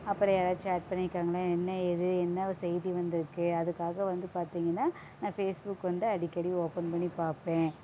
அப்புறம் எதாச்சி ஆட் பண்ணியிருக்காங்களா என்ன ஏது என்ன செய்தி வந்துருக்குது அதுக்காக வந்து பார்த்திங்கன்னா நான் ஃபேஸ்புக் வந்து அடிக்கடி ஓபன் பண்ணி பார்ப்பேன்